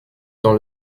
dans